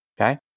okay